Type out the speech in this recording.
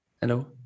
Hello